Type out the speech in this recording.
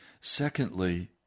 Secondly